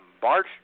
Bart